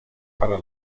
para